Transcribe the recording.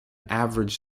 average